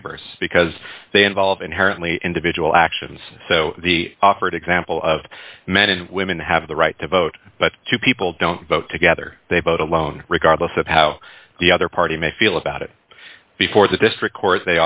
favors because they involve inherently individual actions so the offered example of men and women have the right to vote but two people don't vote together they vote alone regardless of how the other party may feel about it before the district court